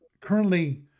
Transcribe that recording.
currently